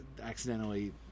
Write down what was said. accidentally